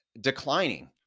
declining